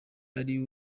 ari